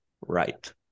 Right